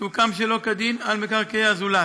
שהוקם שלא כדין על מקרקעי הזולת.